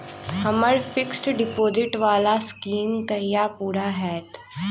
हम्मर fixed deposit वला scheme कहिया पूरा हैत?